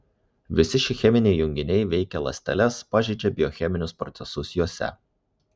visi šie cheminiai junginiai veikia ląsteles pažeidžia biocheminius procesus juose